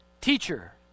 Teacher